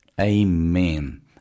Amen